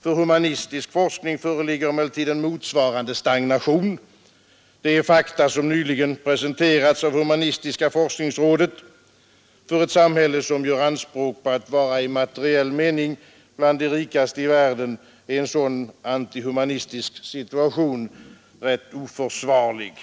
För humanistisk forskning föreligger emellertid en motsvarande stagnation. De fakta som nyligen presenterats av humanistiska forskningsrådet för ett samhälle som gör anspråk på att vara i materiell mening bland de rikaste i världen är en sådan antihumanistisk situation oförsvarlig.